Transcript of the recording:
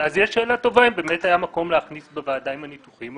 אז יש שאלה טובה אם באמת היה מקום להכניס בוועדה עם הניתוחים,